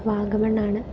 വാഗമണ്ണാണ്